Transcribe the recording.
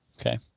Okay